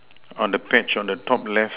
on the patch on the top left